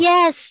Yes